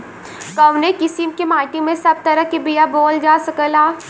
कवने किसीम के माटी में सब तरह के बिया बोवल जा सकेला?